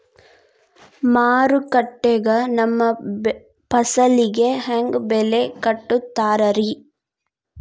ಮಾರುಕಟ್ಟೆ ಗ ನಮ್ಮ ಫಸಲಿಗೆ ಹೆಂಗ್ ಬೆಲೆ ಕಟ್ಟುತ್ತಾರ ರಿ?